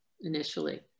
initially